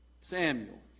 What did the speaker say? Samuel